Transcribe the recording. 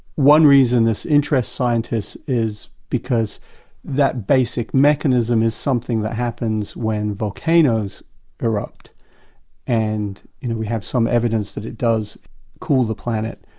one reason this interests scientists is because that basic mechanism is something that happens when volcanoes erupt and you know we have some evidence that it does cool the planet,